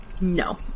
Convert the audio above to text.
No